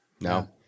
No